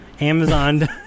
Amazon